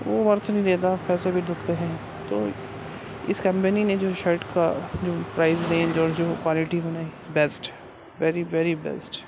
وہ ورتھ نہیں دیتا پیسے بھی ڈوبتے ہیں تو اس کمپنی نے جو شرٹ کا جو پرائز رینج اور جو کوالیٹی بنائی بیسٹ ویری ویری بیسٹ